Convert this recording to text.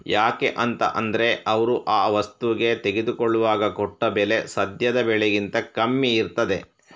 ಯಾಕೆ ಅಂತ ಅಂದ್ರೆ ಅವ್ರು ಆ ವಸ್ತುಗೆ ತೆಗೆದುಕೊಳ್ಳುವಾಗ ಕೊಟ್ಟ ಬೆಲೆ ಸದ್ಯದ ಬೆಲೆಗಿಂತ ಕಮ್ಮಿ ಇರ್ತದೆ